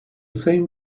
same